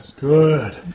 Good